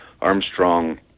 Armstrong